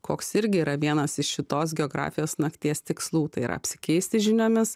koks irgi yra vienas iš šitos geografijos nakties tikslų tai yra apsikeisti žiniomis